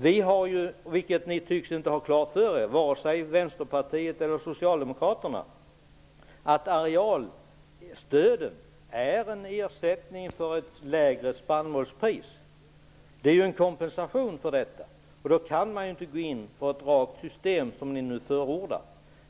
Varken Vänsterpartiet eller Socialdemokraterna tycks ha klart för sig att arealstödet är en ersättning för ett lägre spannmålspris. Det är en kompensation för detta. Då kan man inte ha ett rakt system, som ni förordar.